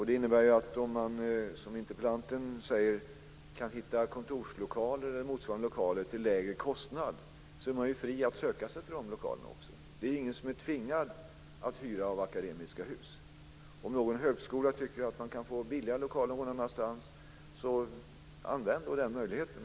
Det innebär att om man, som interpellanten säger, kan hitta kontorslokaler eller motsvarande lokaler till lägre kostnad så är man också fri att söka sig till de lokalerna. Det är ingen som är tvingad att hyra av Akademiska Hus. Om någon högskola tycker att man kan få billigare lokaler någon annanstans, så använd då den möjligheten!